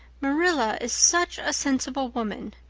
marilla is such a sensible woman.